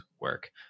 work